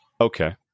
Okay